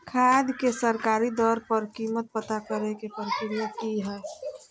खाद के सरकारी दर पर कीमत पता करे के प्रक्रिया की हय?